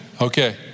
Okay